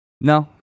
No